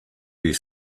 you